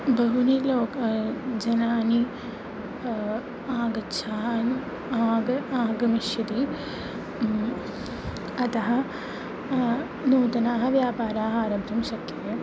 बहूनि लोकाः जनाः आगच्छान् आग आगमिष्यन्ति अतः नूतनाः व्यापाराः आरब्धुं शक्यन्ते